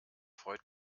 freut